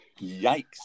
yikes